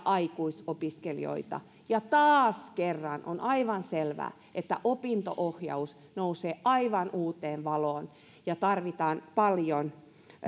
aikuisopiskelijoita ja taas kerran on aivan selvää että opinto ohjaus nousee aivan uuteen valoon ja tarvitaan paljon